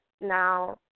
now